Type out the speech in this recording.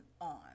on